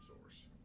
source